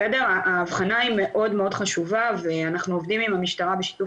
ההבחנה מאוד מאוד חשובה ואנחנו עובדים עם המשטרה בשיתוף